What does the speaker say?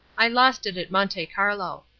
i lost it at monte carlo.